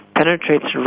penetrates